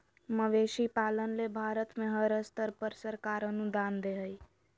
मवेशी पालन ले भारत में हर स्तर पर सरकार अनुदान दे हई